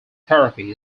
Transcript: therapy